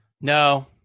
No